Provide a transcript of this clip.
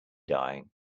dying